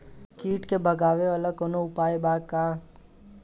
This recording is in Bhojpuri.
कीट के भगावेला कवनो उपाय बा की?